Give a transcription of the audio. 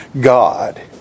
God